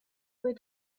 way